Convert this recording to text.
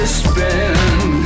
spend